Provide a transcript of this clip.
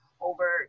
over